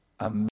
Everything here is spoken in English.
amen